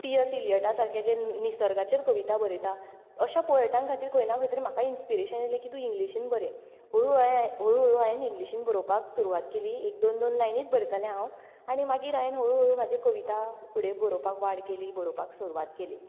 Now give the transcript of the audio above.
T S इलियटा सारके जे निसर्गाचेर कविता बरयता अश्या पॉयटां खातीर खंय ना खंय तरी म्हाका इंस्पिरेशन येलें की तूं इंग्लीशीन बरय हळू हांयेन हळू हळून हांवें इंग्लीशीन बरोवपाक सुरवात केली एक दोन दोन लायनीच बरयतालें हांव आनी मागीर हांवें हळू हळू म्हजी कविता फुडें बरोवपाक वाट केली बरोवपाक सुरवात केली